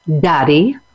Daddy